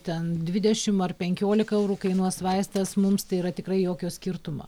ten dvidešim ar penkiolika eurų kainuos vaistas mums tai yra tikrai jokio skirtumo